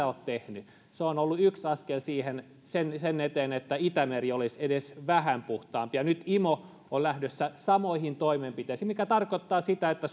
sitä ole tehnyt se on ollut yksi askel sen eteen että itämeri olisi edes vähän puhtaampi ja nyt imo on lähdössä samoihin toimenpiteisiin mikä tarkoittaa sitä että